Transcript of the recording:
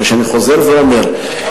מפני שאני חוזר ואומר,